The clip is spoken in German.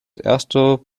erste